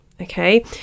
okay